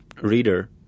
reader